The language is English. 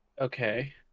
Okay